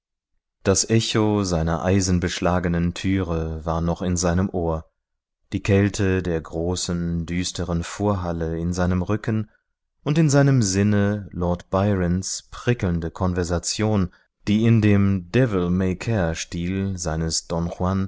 das echo seiner eisenbeschlagenen türe war noch in seinem ohr die kälte der großen düsteren vorhalle in seinem rücken und in seinem sinne lord byrons prickelnde konversation die in dem devilmay care stil seines